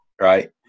Right